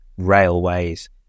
railways